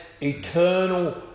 eternal